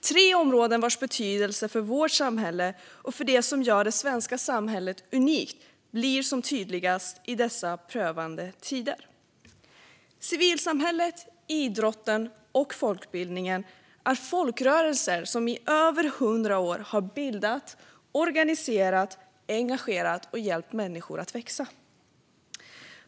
Det är tre områden vilkas betydelse för vårt samhälle, och för det som gör det svenska samhället unikt, blir som tydligast i dessa prövande tider. Civilsamhället, idrotten och folkbildningen är folkrörelser som i över hundra år har bildat, organiserat och engagerat människor och hjälpt dem att växa. Fru